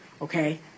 Okay